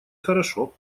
хорошо